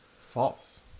false